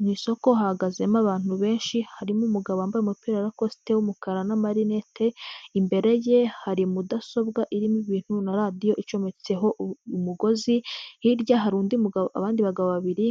Mu isoko hahagazemo abantu benshi, harimo umugabo wambaye umupira na rakosite w'umukara n'amarinete, imbere ye hari mudasobwa irimo ibintu na radiyo icometseho umugozi, hirya hari abandi bagabo babiri